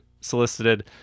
Solicited